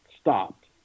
stopped